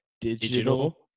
Digital